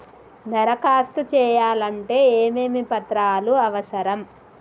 దరఖాస్తు చేయాలంటే ఏమేమి పత్రాలు అవసరం?